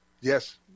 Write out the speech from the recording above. Yes